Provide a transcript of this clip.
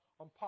on